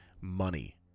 money